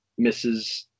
Mrs